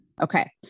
okay